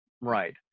right